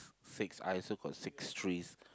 six I also got six trees